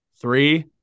three